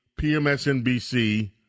PMSNBC